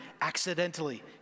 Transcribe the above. accidentally